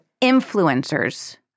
influencers